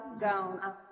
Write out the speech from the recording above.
gone